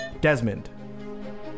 Desmond